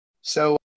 So-